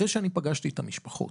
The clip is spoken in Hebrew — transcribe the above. אחרי שאני פגשתי את המשפחות